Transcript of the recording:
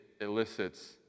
elicits